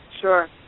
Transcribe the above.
Sure